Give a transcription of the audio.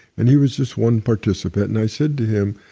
and he was this one participant, and i said to him,